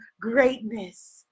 greatness